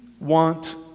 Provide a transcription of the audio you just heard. want